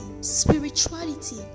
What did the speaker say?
spirituality